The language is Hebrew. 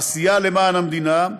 עשייה למען המדינה,